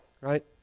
right